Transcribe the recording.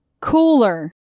Cooler